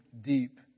deep